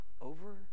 Over